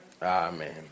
Amen